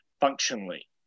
functionally